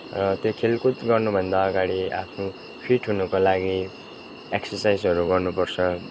र त्यो खेलकुद गर्नुभन्दा अगाडि आफ्नो फिट हुनको लागि एक्सर्साइजहरू गर्नु पर्छ